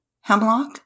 hemlock